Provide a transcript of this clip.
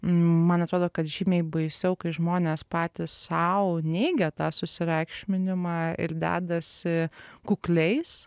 man atrodo kad žymiai baisiau kai žmonės patys sau neigia tą susireikšminimą ir dedasi kukliais